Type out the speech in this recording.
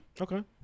Okay